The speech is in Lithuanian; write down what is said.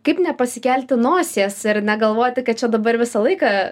kaip nepasikelti nosies ir negalvoti kad čia dabar visą laiką